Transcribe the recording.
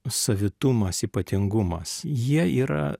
savitumas ypatingumas jie yra